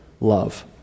love